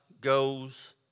goes